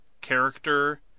character